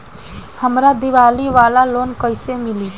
हमरा दीवाली वाला लोन कईसे मिली?